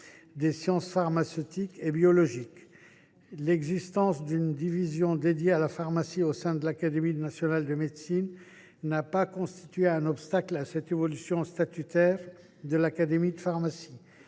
des sciences pharmaceutiques et biologiques. L’existence d’une division dédiée à la pharmacie au sein de l’Académie nationale de médecine n’a pas constitué un obstacle à cette évolution statutaire de l’Académie nationale de pharmacie.